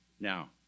Now